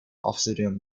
obsidian